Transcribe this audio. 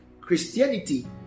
Christianity